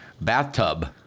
bathtub